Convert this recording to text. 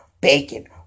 Bacon